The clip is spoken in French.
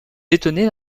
détenait